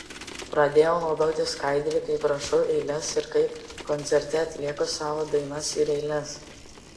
pradėjau naudoti skaidrę kaip rašau eiles ir kaip koncerte atlieku savo dainas ir eiles